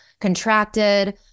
contracted